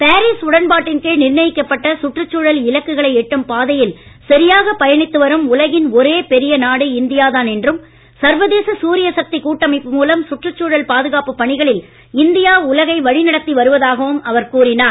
Paris உடன்பாட்டின் கீழ் நிர்ணயிக்கப்பட்ட சுற்றுச்சூழல் இலக்குகளை எட்டும் பாதையில் சரியாக பயணித்து வரும் உலகின் ஒரே பெரிய நாடு இந்தியா தான் என்றும் சர்வதேச சூரிய சக்தி கூட்டமைப்பு மூலம் சுற்றுச்சூழல் பாதுகாப்பு பணிகளில் இந்தியா உலகை வழிநடத்தி வருவதாகவும் அவர் கூறினார்